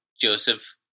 joseph